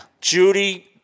Judy